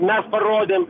mes parodėm